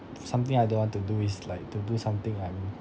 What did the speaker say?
something I don't want to do is like to do something like